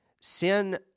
Sin